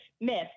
myth